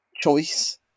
choice